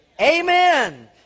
Amen